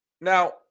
Now